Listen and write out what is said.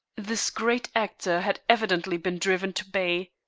this great actor had evidently been driven to bay.